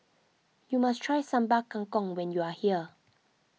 you must try Sambal Kangkong when you are here